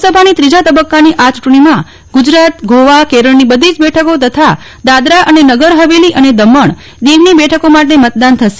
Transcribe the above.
લોકસભાની ત્રીજા તબક્કાની આ ચૂંટણીમાં ગુજરાત ગોવા કેરળની બધી જ બેઠકો તથા દાદરા અને નગર હવેલી અને દમણ દીવની બેઠકો માટે મતદાન થશે